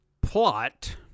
plot